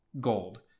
gold